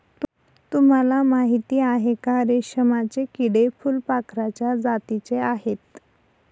तुम्हाला माहिती आहे का? रेशमाचे किडे फुलपाखराच्या जातीचे आहेत